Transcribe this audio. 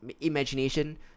Imagination